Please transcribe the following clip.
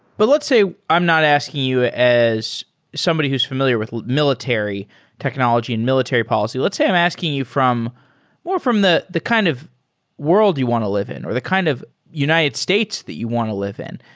but let's say i'm not asking you as somebody who is familiar with military technology and military policy. let's say i'm asking you more from the the kind of world you want to live in or the kind of united states that you want to live in.